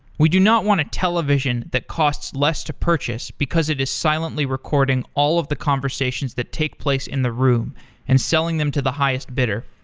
we do not want to television that costs less to purchase because it is silently recording all of the conversations that takes place in the room and selling them to highest bidder.